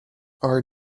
our